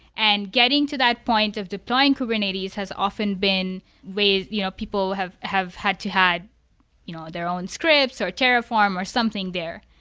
and getting to that point of deploying kubernetes has often been you know people have have had to had you know their own scripts, or terraform or something there.